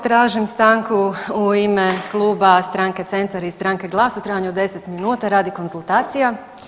Tražim stanku u ime Kluba stranke Centar i stranke GLAS-a u trajanju od 10 minuta radi konzultacija.